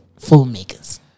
filmmakers